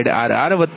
1486 j0